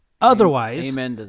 Otherwise